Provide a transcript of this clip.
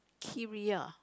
Kiria